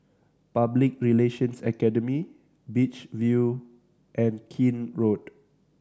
Public Relations Academy Beach View and Keene Road